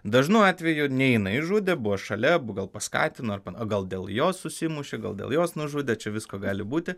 dažnu atveju ne jinai žudė buvo šalia gal paskatino o gal dėl jos susimušė gal dėl jos nužudė čia visko gali būti